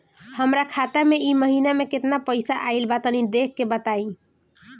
हमरा खाता मे इ महीना मे केतना पईसा आइल ब तनि देखऽ क बताईं?